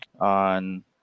on